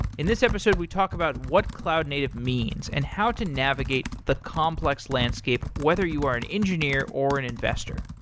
in this episode we talk about what cloud native means and now to navigate the complex landscape whether you are an engineer or an investor.